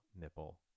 nipple